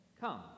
Come